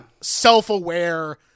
self-aware